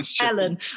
Ellen